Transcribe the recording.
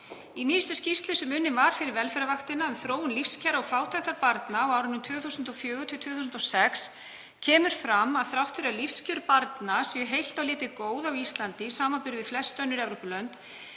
Í nýjustu skýrslu sem unnin var fyrir Velferðarvaktina um þróun lífskjara og fátæktar barna á árunum 2004–2006 kemur fram að þrátt fyrir að lífskjör barna séu heilt á litið góð á Íslandi í samanburði við flest önnur Evrópulönd